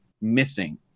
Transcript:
missing